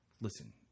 listen